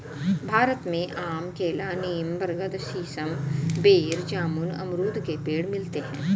भारत में आम केला नीम बरगद सीसम बेर जामुन अमरुद के पेड़ मिलते है